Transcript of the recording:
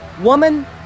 Woman